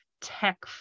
tech